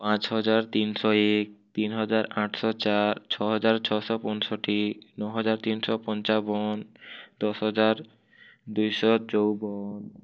ପାଞ୍ଚ ହଜାର ତିନିଶ ଏକ ତିନି ହଜାର ଆଠଶ ଚାରି ଛଅ ହଜାର ଛଅଶ ପଷଁଠି ନଅ ହଜାର ତିନିଶ ପଞ୍ଚାବନ ଦଶ ହଜାର ଦୁଇଶ ଚଉବନ